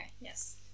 yes